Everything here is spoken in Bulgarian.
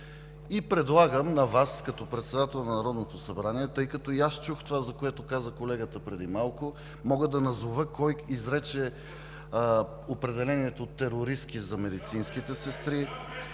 Предлагам на Вас, като председател на Народното събрание, тъй като и аз чух това, за което каза колегата преди малко, мога да назова и кой изрече определението „терористки“ за медицинските сестри…